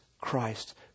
Christ